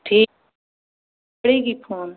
ठी करेगी फोन